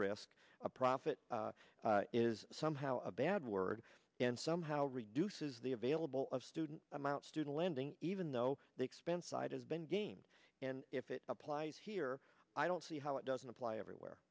risk a profit is somehow a bad word and somehow reduces the available of student amounts to the lending even though the expense side has been game and if it applies here i don't see how it doesn't apply everywhere